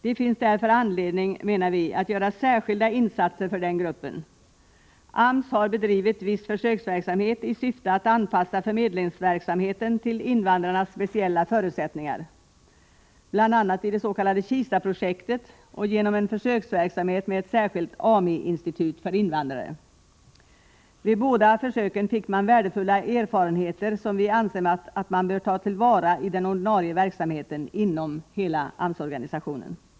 Det finns därför anledning, menar vi, att göra särskilda insatser för den gruppen. AMS har bedrivit viss försöksverksamhet i syfte att anpassa förmedlingsverksamheten till invandrarnas speciella förutsättningar, bl.a. i det s.k. Kistaprojektet och genom en försöksverksamhet med ett särskilt AMl-institut för invandrare. Vid båda försöken fick man värdefulla erfarenheter som vi anser att man bör ta till vara i den ordinarie verksamheten inom hela AMS-organisationen.